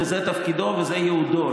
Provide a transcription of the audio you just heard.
זה תפקידו וזה ייעודו,